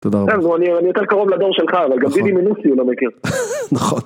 ‫תודה רבה. ‫-אני יותר קרוב לדור שלך, אבל גם ‫דידי מינוסי הוא לא מכיר. ‫-נכון.